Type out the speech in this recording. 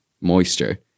moisture